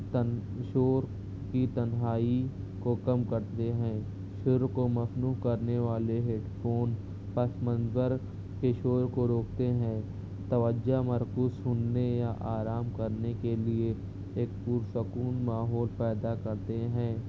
تنشور کی تنہائی کو کم کرتے ہیں سر کو مفنوں کرنے والے ہیڈ فون پس منظر کے شور کو روکتے ہیں توجہ مرکوز سننے یا آرام کرنے کے لیے ایک پر سکون ماحول پیدا کرتے ہیں